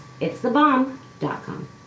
itsthebomb.com